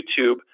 YouTube